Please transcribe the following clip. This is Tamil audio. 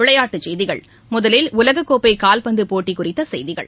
விளையாட்டுச் செய்திகள் முதலில் உலகக்கோப்பை கால்பந்து போட்டி குறித்த செய்திகள்